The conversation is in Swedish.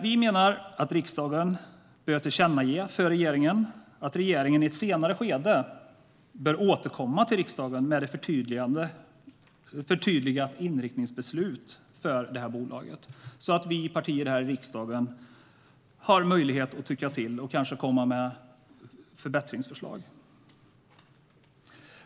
Vi menar att riksdagen bör tillkännage för regeringen att regeringen i ett senare skede bör återkomma till riksdagen med ett förtydligat inriktningsbeslut för bolaget, så att partierna i riksdagen har möjlighet att tycka till och kanske komma med förbättringsförslag.